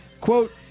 Quote